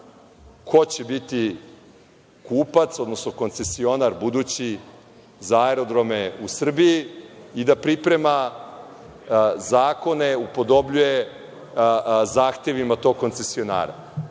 ko će biti kupac, odnosno koncesionar budući za aerodrome u Srbiji i da priprema zakone, upodobljuje zahtevima tog koncesionara.